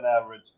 average